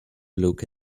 look